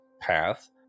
path